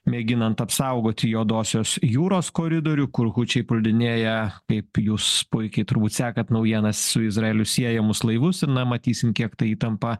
mėginant apsaugoti juodosios jūros koridorių kur hučiai puldinėja kaip jūs puikiai turbūt sekat naujienas su izraeliu siejamus laivus ir na matysim kiek ta įtampa